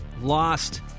lost